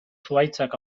zuhaitzak